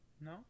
No